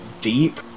deep